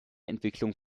entwicklung